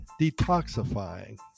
detoxifying